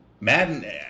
Madden